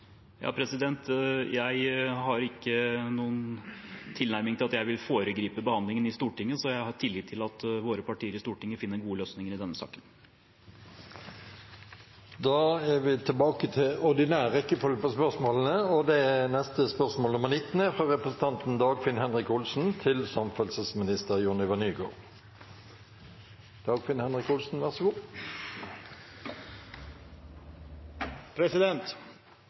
Jeg har ikke den tilnærmingen at jeg vil foregripe behandlingen i Stortinget, så jeg har tillit til at våre partier i Stortinget finner gode løsninger i denne saken. Da går vi tilbake til den ordinære rekkefølgen på spørsmålene. Neste spørsmål er spørsmål 19.